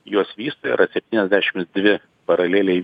juos vysto yra septyniasdešimts dvi paraleliai